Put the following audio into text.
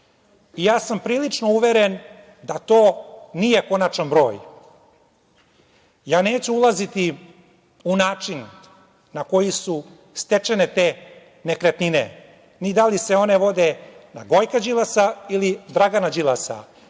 Ja sam prilično uveren da to nije konačan broj. Ja neću ulaziti u način na koji su stečene te nekretnine, ni da li se one vode na Gojka Đilasa ili Dragana Đilasa,